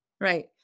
Right